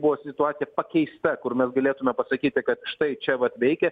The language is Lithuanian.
buvo situacija pakeista kur mes galėtume pasakyti kad štai čia vat veikia